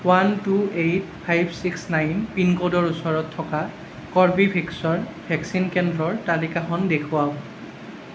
one two eight five six nine pin ক'ডৰ ওচৰত থকা কৰ্বীভেক্সৰ ভেকচিন কেন্দ্ৰৰ তালিকাখন দেখুৱাওক